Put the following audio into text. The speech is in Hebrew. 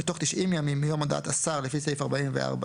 בתוך תשעים ימים מיום הודעת השר לפי סעיף 44(1)